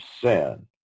sin